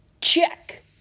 Check